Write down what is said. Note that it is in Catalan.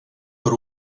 per